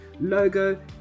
logo